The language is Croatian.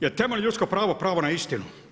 Jel' temeljeno ljudsko pravo pravo na istinu?